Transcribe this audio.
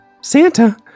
Santa